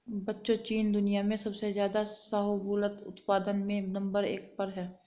बच्चों चीन दुनिया में सबसे ज्यादा शाहबूलत उत्पादन में नंबर एक पर है